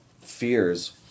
fears